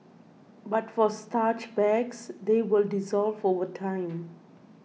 but for starch bags they will dissolve over time